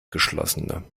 geschlossene